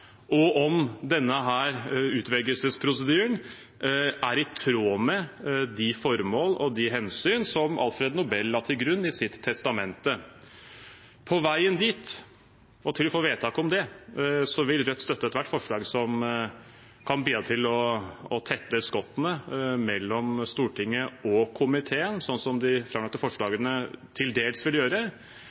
og om denne utvelgelsesprosedyren er i tråd med de formål og de hensyn som Alfred Nobel la til grunn i sitt testamente. På veien dit, og til vi får et vedtak om det, vil Rødt støtte ethvert forslag som kan bidra til å tette skottene mellom Stortinget og komiteen, slik som de framlagte forslagene til dels vil gjøre.